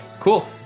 cool